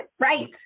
right